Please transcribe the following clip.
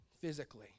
physically